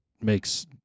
makes